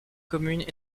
communes